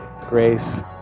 Grace